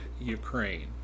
Ukraine